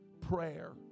prayer